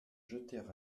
jeter